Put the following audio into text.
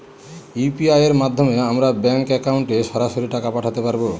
UPI এর মাধ্যমে আমরা ব্যাঙ্ক একাউন্টে সরাসরি টাকা পাঠাতে পারবো?